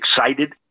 excited